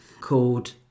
called